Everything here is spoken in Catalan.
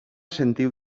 sentiu